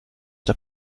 der